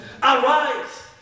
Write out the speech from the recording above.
Arise